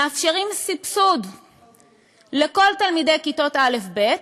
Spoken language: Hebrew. מאפשרים סבסוד לכל תלמידי כיתות א'-ב',